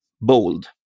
bold